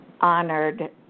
honored